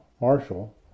Marshall